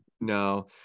No